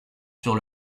sur